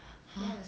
ha